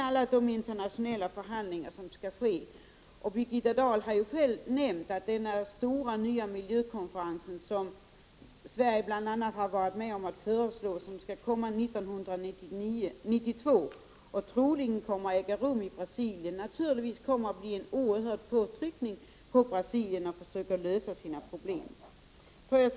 Alla de internationella förhandlingar som skall ske, och den nya stora miljökonferens som Birgitta Dahl nämnt skall äga rum 1992, som bl.a. Sverige har varit med om att föreslå och som troligen kommer att äga rum i Brasilien, kommer naturligtvis att bli en oerhörd påtryckning på Brasilien att försöka lösa sina problem. Fru talman!